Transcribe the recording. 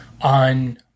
on